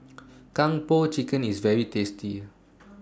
Kung Po Chicken IS very tasty